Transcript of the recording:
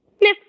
Miss